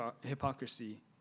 hypocrisy